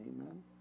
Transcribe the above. Amen